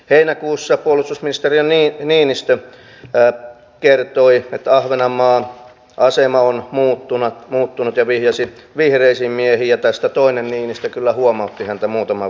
heinäkuussa puolustusministeri niinistö kertoi että ahvenanmaan asema on muuttunut ja vihjasi vihreisiin miehiin ja tästä toinen niinistö kyllä huomautti häntä muutaman viikon päästä